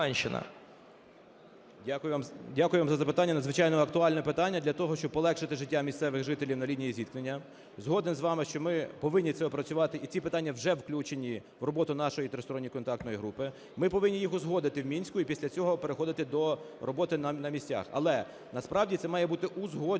Дякую вам за запитання. Надзвичайно актуальне питання. Для того, щоб полегшити життя місцевих жителів на лінії зіткнення, згоден з вами, що ми повинні це опрацювати, і ці питання вже включені в роботу нашої тристоронньої контактної групи. Ми повинні їх узгодити в Мінську і після цього переходити до роботи на місцях. Але насправді це має бути узгоджено,